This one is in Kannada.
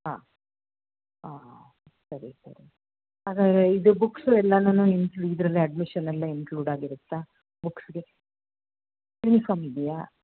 ಹಾಂ ಸರಿ ಸರಿ ಹಾಗಾದರೆ ಇದು ಬುಕ್ಸು ಎಲ್ಲಾನು ಇನ್ಕ್ಲು ಇದರಲ್ಲೇ ಅಡ್ಮಿಶನಲ್ಲೇ ಇನ್ಕ್ಲೂಡ್ ಆಗಿರುತ್ತಾ ಬುಕ್ಸ್ಗೆ ಯುನಿಫಾಮ್ ಇದೆಯಾ